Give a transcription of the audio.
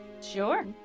Sure